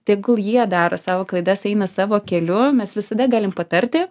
tegul jie daro savo klaidas eina savo keliu mes visada galim patarti